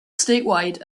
statewide